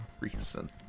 reason